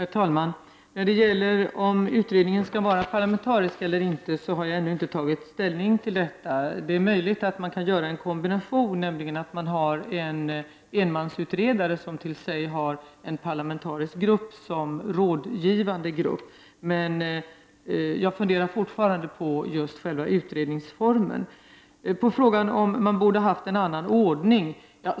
Herr talman! Marianne Jönsson undrade huruvida utredningen skall vara parlamentarisk eller inte. Det har jag ännu inte tagit ställning till. Det är möjligt att man skall göra en kombination som innebär att man har en enmansutredare som till sig har knuten en rådgivande parlamentariskt sammansatt grupp. Men jag funderar fortfarande på själva utredningsformen. Marianne Jönsson frågade vidare om man borde ha haft en annan ordning.